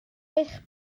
eich